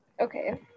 Okay